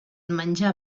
menjar